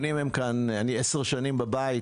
אני עשר שנים כאן בבית,